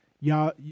Y'all